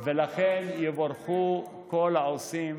ולכן יבורכו כל העושים